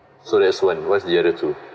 so that's one what's the other two